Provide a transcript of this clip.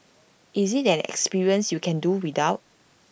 is IT an experience you can do without